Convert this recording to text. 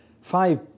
Five